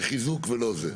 חיזוק ולא זה.